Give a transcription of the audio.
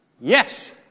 Yes